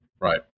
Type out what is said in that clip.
Right